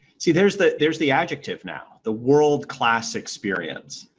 see, there's the there's the adjective now, the world-class experience.